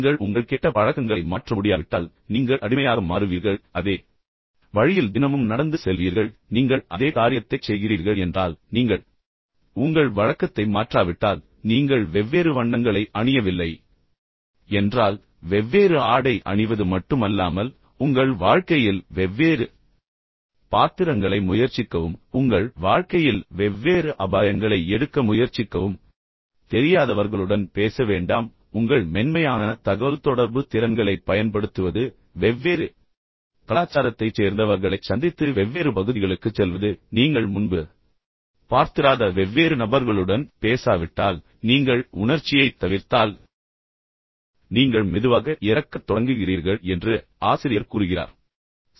எனவே நீங்கள் உங்கள் கெட்ட பழக்கங்களை மாற்ற முடியாவிட்டால் நீங்கள் அடிமையாக மாறுவீர்கள் அதே வழியில் தினமும் நடந்து செல்வீர்கள் நீங்கள் மீண்டும் மீண்டும் அதே காரியத்தைச் செய்கிறீர்கள் என்றால் நீங்கள் உங்கள் வழக்கத்தை மாற்றாவிட்டால் நீங்கள் உண்மையில் இறந்துவிடுகிறீர்கள் நீங்கள் வெவ்வேறு வண்ணங்களை அணியவில்லை என்றால் வெவ்வேறு ஆடை அணிவது மட்டுமல்லாமல் உங்கள் வாழ்க்கையில் வெவ்வேறு பாத்திரங்களை முயற்சிக்கவும் உங்கள் வாழ்க்கையில் வெவ்வேறு அபாயங்களை எடுக்க முயற்சிக்கவும் அல்லது உங்களுக்குத் தெரியாதவர்களுடன் பேச வேண்டாம் அதாவது உங்கள் மென்மையான தகவல்தொடர்பு திறன்களைப் பயன்படுத்துவது வெவ்வேறு கலாச்சாரத்தைச் சேர்ந்தவர்களைச் சந்தித்து வெவ்வேறு பகுதிகளுக்குச் செல்வது நீங்கள் முன்பு பார்த்திராத வெவ்வேறு நபர்களுடன் பேசாவிட்டால் நீங்கள் உணர்ச்சியைத் தவிர்த்தால் நீங்கள் மெதுவாக இறக்கத் தொடங்குகிறீர்கள் என்று ஆசிரியர் கூறுகிறார்